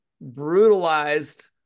brutalized